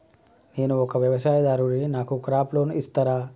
నేను ఒక వ్యవసాయదారుడిని నాకు క్రాప్ లోన్ ఇస్తారా?